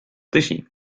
tõsi